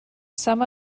some